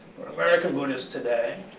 for american buddhists today,